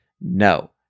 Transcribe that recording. No